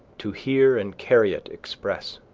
to hear and carry it express!